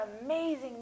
amazing